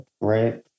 right